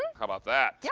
how about that. yeah